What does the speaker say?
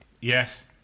Yes